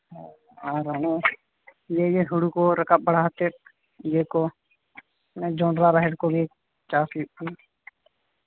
ᱟᱨ ᱢᱟᱱᱮ ᱱᱮᱜᱮ ᱦᱩᱲᱩ ᱠᱚ ᱨᱟᱠᱟᱵ ᱵᱟᱲᱟ ᱠᱟᱛᱮᱫ ᱤᱭᱟᱹ ᱠᱚ ᱡᱚᱸᱰᱨᱟ ᱨᱟᱦᱮᱲ ᱠᱚᱜᱮ ᱪᱟᱥ ᱦᱩᱭᱩᱜ ᱠᱟᱱᱟ